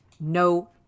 No